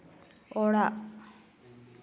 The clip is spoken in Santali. ᱚᱲᱟᱜ